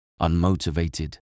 unmotivated